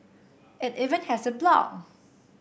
it even has a blog